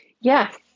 Yes